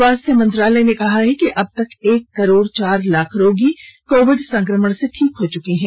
स्वास्थ्य मंत्रालय ने कहा है कि अब तक एक करोड चार लाख रोगी कोविड संक्रमण से ठीक हो चुके हैं